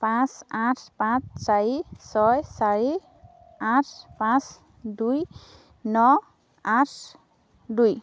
পাঁচ আঠ পাঁচ চাৰি ছয় চাৰি আঠ পাঁচ দুই ন আঠ দুই